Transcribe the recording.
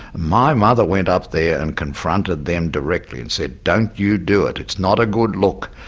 my mother went up there and confronted them directly and said, don't you do it, it's not a good look',